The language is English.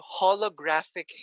holographic